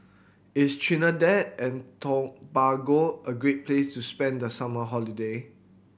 is Trinidad and Tobago a great place to spend the summer holiday